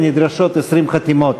ונדרשות 20 חתימות.